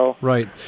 Right